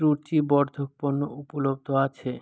রূচিবর্ধক পণ্য উপলব্ধ আছে